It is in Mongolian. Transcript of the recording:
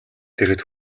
дэргэд